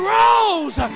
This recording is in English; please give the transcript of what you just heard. rose